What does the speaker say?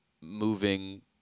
moving